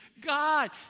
God